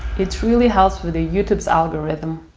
it really helps with the youtube's algorithm.